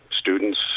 students